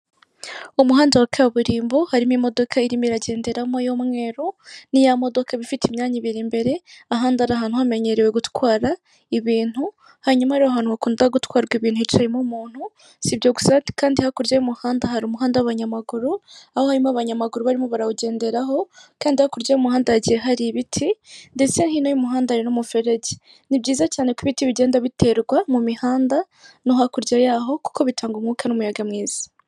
Umuhanda wa kaburimbo harimo imodoka irimo iragenderamo y'umweru ni ya modoka ifite imyanya ibiri imbere ahandi ari ahantu hamenyerewe gutwara ibintu hanyuma ahantu hakunda gutwarwa ibintu hicayemo umuntu, si ibyo gusa kandi hakurya y'umuhanda hari umuhanda w'abanyamaguru aho harimo abanyamaguru barimo barawugenderaho kandi hakurya y'umuhanda hagiye hari ibiti ndetse hino y'umuhanda hari n'umuferege, ni byiza cyane ko ibiti bigenda biterwa mu mihanda no hakurya yaho kuko bitanga umwuka n'umuyaga mwiza.